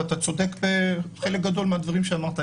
ואתה צודק בחלק גדול מהדברים שאמרת.